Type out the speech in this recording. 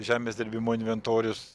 žemės dirbimo inventorius